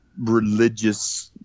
religious –